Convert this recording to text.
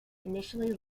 initially